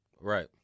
Right